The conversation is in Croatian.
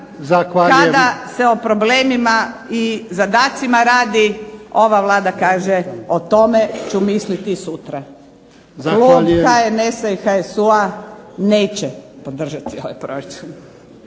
kada se o problemima i zadacima radi ova Vlada kaže "O tome ću misliti sutra". Klub HNS-a i HSU-a neće podržati ovaj proračun.